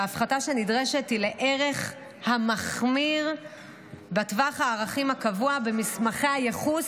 וההפחתה שנדרשת היא לערך המחמיר בטווח הערכים הקבוע במסמכי הייחוס,